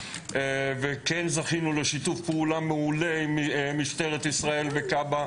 וכן זכינו לשיתוף פעולה מעולה עם משטרת ישראל וכב"ה,